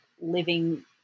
living